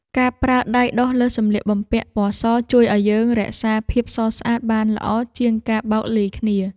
ការប្រើដៃដុសលើសម្លៀកបំពាក់ពណ៌សជួយឱ្យយើងរក្សាភាពសស្អាតបានល្អជាងការបោកលាយគ្នា។